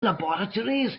laboratories